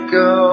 go